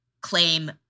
claim